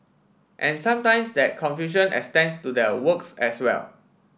and sometimes that confusion extends to their works as well